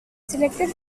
selected